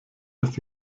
dass